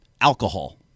Alcohol